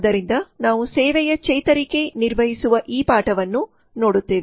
ಆದ್ದರಿಂದ ನಾವು ಸೇವೆಯ ಚೇತರಿಕೆ ನಿರ್ವಹಿಸುವ ಈ ಪಾಠವನ್ನು ನೋಡುತ್ತೇವೆ